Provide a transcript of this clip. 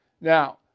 Now